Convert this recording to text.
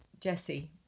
Jesse